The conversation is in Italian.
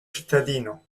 cittadino